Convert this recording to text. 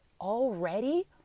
already